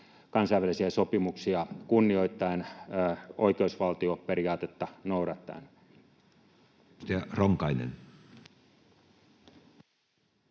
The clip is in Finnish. kansainvälisiä sopimuksia kunnioittaen, oikeusvaltioperiaatetta noudattaen?